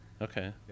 Okay